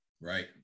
Right